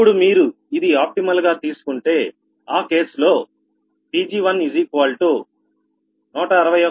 ఇప్పుడు మీరు ఇది ఆప్టిమల్ గా తీసుకుంటే ఆ కేసులో లో Pg1 161